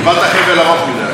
כבר קיבלת חבל ארוך מדי.